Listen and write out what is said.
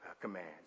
commands